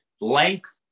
length